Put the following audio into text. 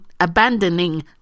abandoning